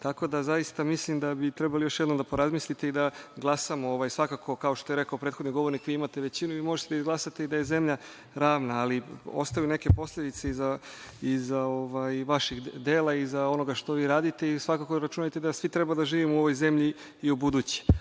da zaista mislim da bi trebali još jednom da porazmislite i da glasamo, svakako, kao što je rekao prethodni govornik, vi imate većinu i možete da izglasate i da je zemlja ravna ali ostaju neke posledice iza vaših dela, iza onoga što vi radite, svakako računajte da svi treba da živimo u ovoj zemlji i ubuduće.U